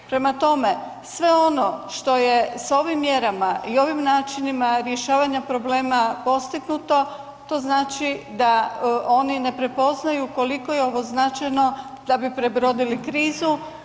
Prema tome, sve ono što je s ovim mjerama i ovim načinima rješavanja problema postignuto, to znači da oni ne prepoznaju koliko je ovo značajno da bi prebrodili krizu.